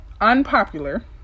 unpopular